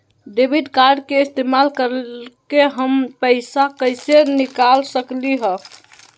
Debit card के इस्तेमाल करके हम पैईसा कईसे निकाल सकलि ह?